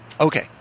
okay